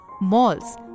malls